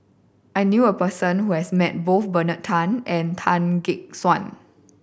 I knew a person who has met both Bernard Tan and Tan Gek Suan